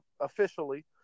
officially